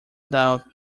doubt